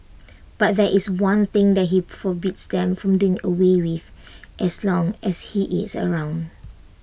but there is one thing that he forbids them from doing away with as long as he is around